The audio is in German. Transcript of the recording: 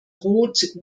roth